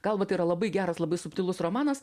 galva tai yra labai geras labai subtilus romanas